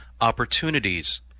opportunities